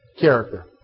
Character